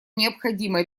необходимо